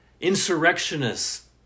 insurrectionists